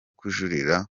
kujurira